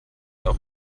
auch